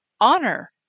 Honor